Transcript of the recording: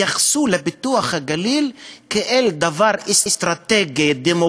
התייחסו לפיתוח הגליל כאל דבר אסטרטגי-דמוגרפי,